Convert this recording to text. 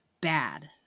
bad